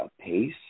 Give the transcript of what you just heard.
pace